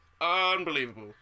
unbelievable